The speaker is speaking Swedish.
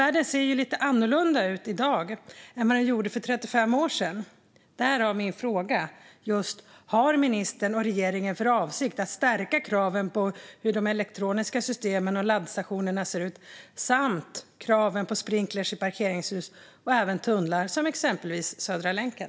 Världen ser nämligen lite annorlunda ut i dag än vad den gjorde för 35 år sedan, och därav min fråga: Har ministern och regeringen för avsikt att stärka kraven på hur de elektroniska systemen och laddstationerna ska se ut, liksom kraven på sprinkler i parkeringshus och även tunnlar - exempelvis Södra länken?